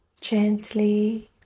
gently